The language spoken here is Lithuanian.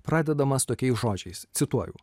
pradedamas tokiais žodžiais cituoju